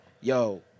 Yo